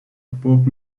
pop